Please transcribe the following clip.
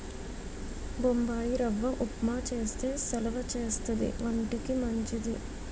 బొంబాయిరవ్వ ఉప్మా చేస్తే సలవా చేస్తది వంటికి మంచిది